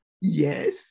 Yes